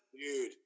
dude